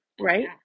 right